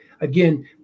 again